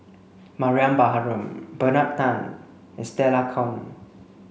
Mariam Baharom Bernard Tan and Stella Kon